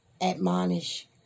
admonish